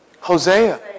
Hosea